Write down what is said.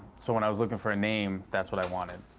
so when i was looking for a name, that's what i wanted.